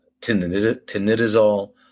tinidazole